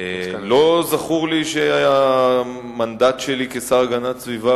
לא זכור לי שהמנדט שלי כשר להגנת הסביבה